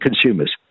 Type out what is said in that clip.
consumers